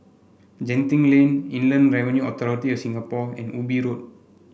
Genting Lane Inland Revenue Authority of Singapore and Ubi Road